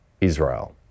Israel